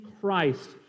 Christ